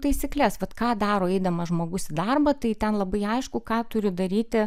taisykles vat ką daro eidamas žmogus į darbą tai ten labai aišku ką turi daryti